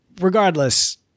Regardless